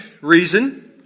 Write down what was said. reason